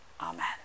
Amen